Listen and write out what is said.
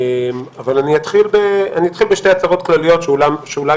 אבל אני אתחיל בשתי הצהרות כלליות שאולי